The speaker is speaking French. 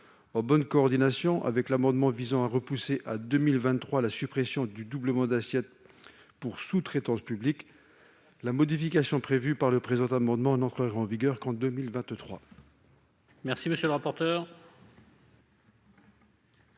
En bonne coordination avec l'amendement tendant à repousser à 2023 la suppression du doublement d'assiette pour sous-traitance publique, la modification prévue par le présent amendement n'entrerait en vigueur qu'en 2023.